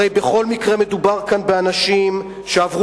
הרי בכל מקרה מדובר כאן באנשים שעברו